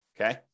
Okay